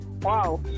Wow